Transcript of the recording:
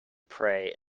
pray